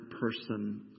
person